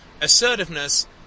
assertiveness